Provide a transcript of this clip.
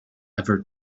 ever